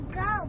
go